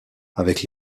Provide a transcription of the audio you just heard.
avec